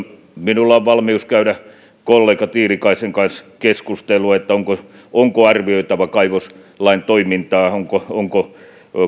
minulla on valmius käydä kollega tiilikaisen kanssa keskustelua onko arvioitava kaivoslain toimintaa ja onko